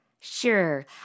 Sure